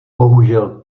bohužel